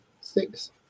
six